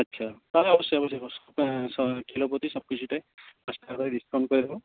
আচ্ছা তাহলে অবশ্যই অবশ্যই কিলো প্রতি সব কিছুতেই দশ টাকা করে ডিসকাউন্ট করে দেব